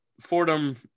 Fordham